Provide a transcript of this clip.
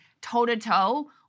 toe-to-toe